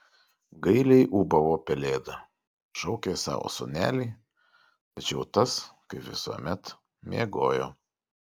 gailiai ūbavo pelėda šaukė savo sūnelį tačiau tas kaip visuomet miegojo